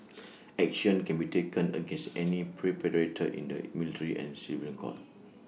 action can be taken against any perpetrator in the military and civilian court